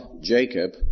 Jacob